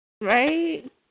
Right